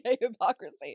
hypocrisy